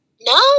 no